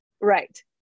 Right